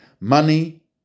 Money